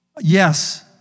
Yes